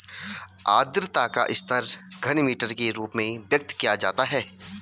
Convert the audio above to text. आद्रता का स्तर घनमीटर के रूप में व्यक्त किया जाता है